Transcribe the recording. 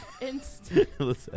Instant